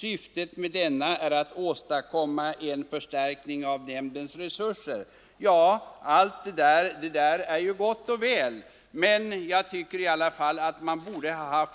Syftet med denna är att åstadkomma en 19 förstärkning av nämndens resurser ———.” Det där är ju gott och väl, men jag tycker i alla fall att man borde göra